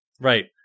Right